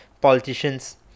politicians